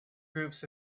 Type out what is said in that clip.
groups